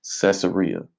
Caesarea